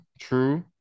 true